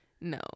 No